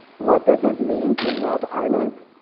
what does it mean to love our neighbor?